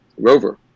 rover